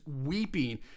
weeping